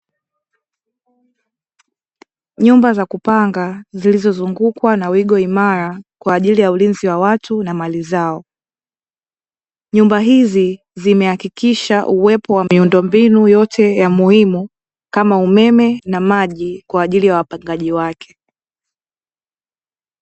Nyumba za kupanga zilizozungukwa na wigo imara kwa ajili ya ulinzi wa watu na mali zao. Nyumba hizi zimehakikisha uwepo wa miundombinu yote ya muhimu kama umeme na maji, kwa ajili ya wapangaji wake.